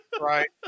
Right